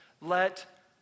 let